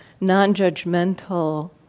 non-judgmental